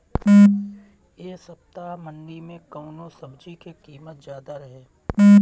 एह सप्ताह मंडी में कउन सब्जी के कीमत ज्यादा रहे?